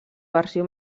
versió